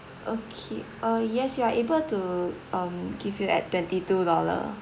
okay uh yes we are able to um give you at twenty two dollar